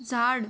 झाड